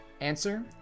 Answer